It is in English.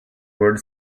word